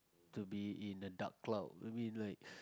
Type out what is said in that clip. to be in a dark cloud I mean like